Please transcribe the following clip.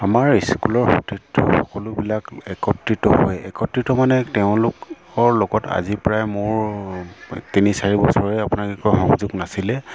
আমাৰ স্কুলৰ সতীৰ্থ সকলোবিলাক একত্ৰিত হৈ একত্ৰিত মানে তেওঁলোকৰ লগত আজিৰ প্ৰায় মোৰ তিনি চাৰি বছৰে আপোনাৰ কি কয় সংযোগ নাছিলে